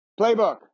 playbook